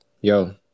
Yo